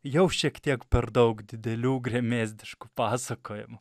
jau šiek tiek per daug didelių gremėzdiškų pasakojimų